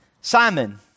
Simon